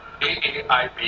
AAIB